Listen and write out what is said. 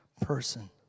person